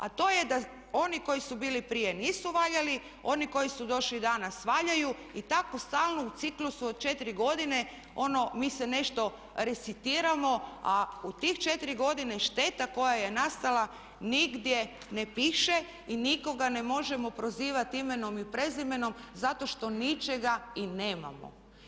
A to je da oni koji su bili prije nisu valjali, oni koji su došli danas valjaju i tako stalno u ciklusu od 4 godine ono mi se nešto resetiramo a u tih 4 godine šteta koja je nastala nigdje ne piše i nikoga ne možemo prozivati imenom i prezimenom zato što ničega i nemamo.